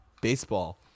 baseball